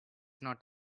not